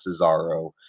Cesaro